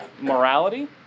morality